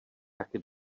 taky